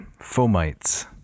Fomites